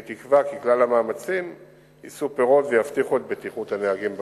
אני תקווה כי כלל המאמצים יישאו פירות ויבטיחו את בטיחות הנוהגים בכביש.